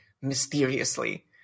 mysteriously